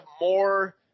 more